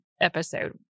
episode